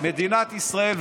מדינת ישראל,